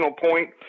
point